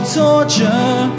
torture